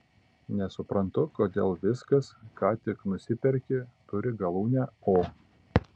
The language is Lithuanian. nesuprantu kodėl viskas ką tik nusiperki turi galūnę o